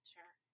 Sure